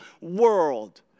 world